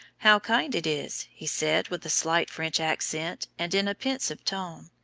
how kind it is he said, with a slight french accent and in a pensive tone,